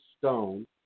stone